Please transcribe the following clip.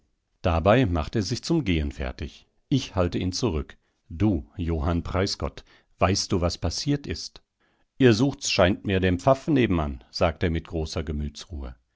dabei macht er sich zum gehen fertig ich halte ihn zurück du johann preisgott weißt du was passiert ist ihr sucht's scheint mir den pfaffen nebenan sagt er mit großer